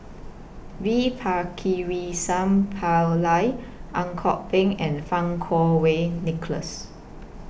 V Pakirisamy Pillai Ang Kok Peng and Fang Kuo Wei Nicholas